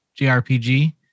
JRPG